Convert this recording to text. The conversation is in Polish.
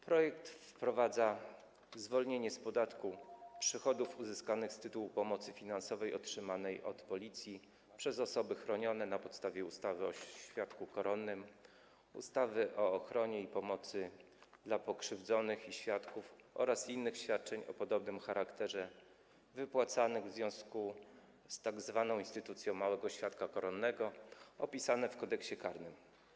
Projekt wprowadza zwolnienie z podatku przychodów uzyskanych z tytułu pomocy finansowej otrzymanej od Policji przez osoby chronione na podstawie ustawy o świadku koronnym, ustawy o ochronie i pomocy dla pokrzywdzonego i świadka oraz innych świadczeń o podobnym charakterze wypłacanych w związku z tzw. instytucją małego świadka koronnego, opisaną w Kodeksie karnym.